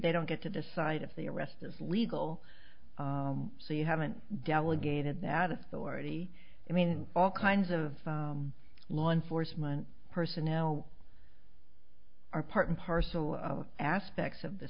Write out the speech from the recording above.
they don't get to decide if the arrest is legal so you haven't delegated that authority i mean all kinds of law enforcement personnel are part and parcel aspects of the